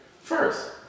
first